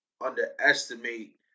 underestimate